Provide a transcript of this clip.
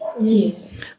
Yes